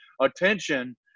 attention